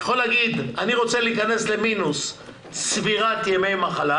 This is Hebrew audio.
הוא יכול להגיד: אני רוצה להיכנס למינוס צבירת ימי מחלה